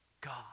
God